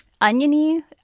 oniony